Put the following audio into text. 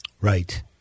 Right